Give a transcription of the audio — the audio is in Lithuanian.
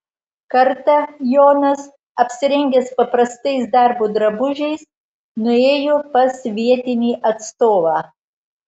kartą jonas apsirengęs paprastais darbo drabužiais nuėjo pas vietinį atstovą